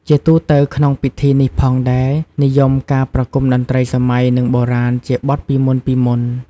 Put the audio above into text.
ជាទូទៅក្នុងពិធីនេះផងដែរនិយមការប្រគុំតន្ត្រីសម័យនិងបុរាណជាបទពីមុនៗ។